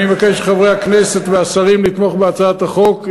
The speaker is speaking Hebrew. אני מבקש מחברי הכנסת ומהשרים לתמוך בהצעת החוק.